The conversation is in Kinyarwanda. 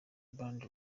band